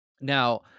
Now